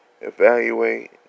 Evaluate